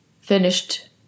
finished